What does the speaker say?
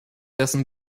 dessen